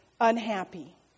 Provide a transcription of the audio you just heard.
unhappy